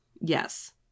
Yes